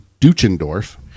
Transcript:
Duchendorf